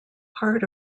part